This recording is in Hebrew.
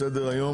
על סדר-היום,